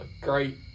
Great